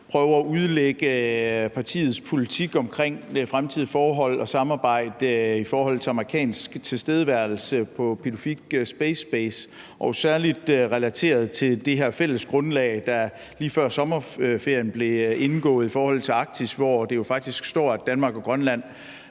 prøve at udlægge partiets politik omkring det fremtidige forhold og samarbejde i forhold til amerikansk tilstedeværelse på Pituffik Space Base, særlig relateret til det her fælles grundlag, der lige før sommerferien blev indgået i forhold til Arktis, hvor der faktisk står, at Danmark og Grønland